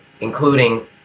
including